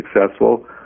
successful